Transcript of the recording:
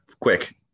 Quick